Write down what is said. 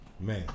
man